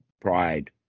pride